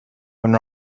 when